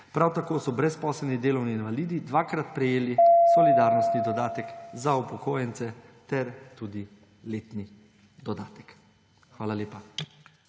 Prav tako so brezposelni delavni invalidi dvakrat prejeli solidarnostni dodatek za upokojence ter tudi letni dodatek. Hvala lepa.